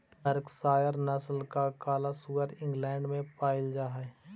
Berkshire नस्ल का काला सुअर इंग्लैण्ड में पायिल जा हई